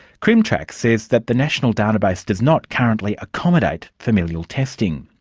crimtrac says that the national database does not currently accommodate familial testing.